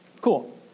Cool